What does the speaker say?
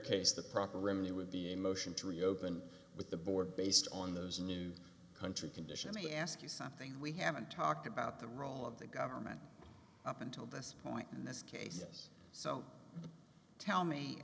case the proper remedy would be a motion to reopen with the board based on those country conditions me ask you something we haven't talked about the role of the government up until this point in this case so tell me